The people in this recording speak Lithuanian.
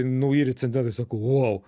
nauji recenzentai sako ou